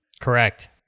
Correct